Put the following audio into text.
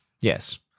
Yes